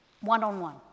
one-on-one